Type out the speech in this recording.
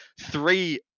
three